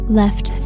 left